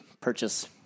purchase